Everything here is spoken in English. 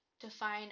define